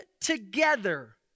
together